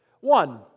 One